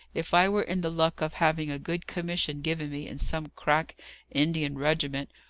if i were in the luck of having a good commission given me in some crack indian regiment,